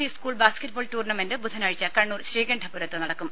E school basketball tournament ബുധനാഴ്ച കണ്ണൂർ ശ്രീകണ്ഠപുരത്ത് നടക്കും